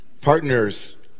partners